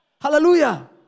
Hallelujah